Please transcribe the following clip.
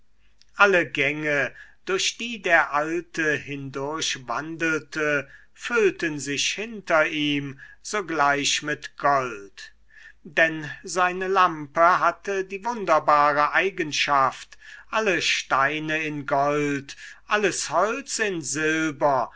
alle gänge durch die der alte hindurchwandelte füllten sich hinter ihm sogleich mit gold denn seine lampe hatte die wunderbare eigenschaft alle steine in gold alles holz in silber